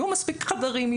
יהיו מספיק חדרים,